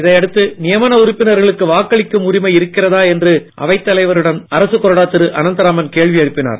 இதை அடுத்து நியமன உறுப்பினர்களுக்கு வாக்களிக்கும் உரிமை இருக்கிறதா என்று அவைத் தலைவரிடம் அரசு கொறடா திரு அனந்தராமன் கேள்வி எழுப்பினார்